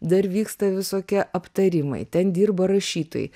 dar vyksta visokie aptarimai ten dirba rašytojai